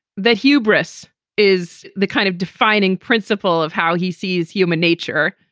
that hubris is the kind of defining principle of how he sees human nature.